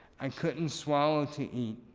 i couldn't swallow to eat.